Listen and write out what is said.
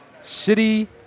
city